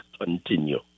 continue